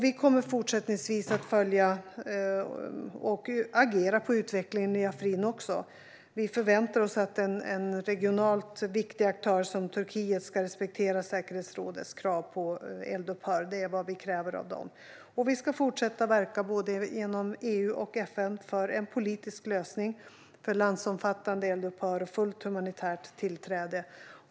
Vi kommer fortsättningsvis även att följa och agera på utvecklingen i Afrin. Vi förväntar oss att en regionalt viktig aktör som Turkiet ska respektera säkerhetsrådets krav på eldupphör. Det är vad vi kräver av dem. Vi ska fortsätta att verka genom både EU och FN för en politisk lösning för landsomfattande eldupphör och fullt humanitärt tillträde.